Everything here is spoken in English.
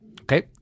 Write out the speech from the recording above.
Okay